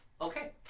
Okay